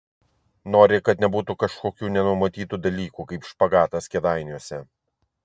nori kad nebūtų kažkokių nenumatytų dalykų kaip špagatas kėdainiuose